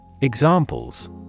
Examples